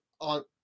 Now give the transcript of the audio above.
on